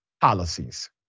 policies